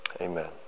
Amen